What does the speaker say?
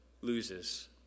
loses